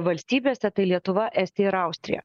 valstybėse tai lietuva estija ir austrija